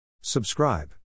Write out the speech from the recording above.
Subscribe